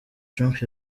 trump